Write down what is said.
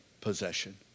possession